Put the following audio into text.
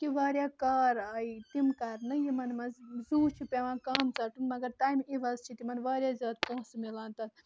کہِ واریاہ کار آیہِ تِم کَرنہٕ یِمن مَنٛز زوٗ چھُ پیٚوان کَم ژَٹُن مگر تَمہِ عِوَز چھِ تِمن واریاہ زیادٕ پونٛسہٕ مَلان تَتھ